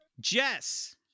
Jess